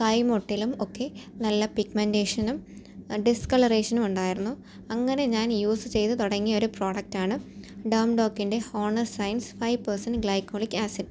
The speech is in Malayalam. കൈമുട്ടിലും ഒക്കെ നല്ല പിഗ്മെൻറ്റേഷനും ഡിസ്കളറേഷനും ഉണ്ടായിരുന്നു അങ്ങനെ ഞാൻ യൂസ് ചെയ്ത് തുടങ്ങിയ ഒരു പ്രൊഡക്ടാണ് ഡേമ്ഡോക്കിൻ്റെ honest science high percent glycolic acid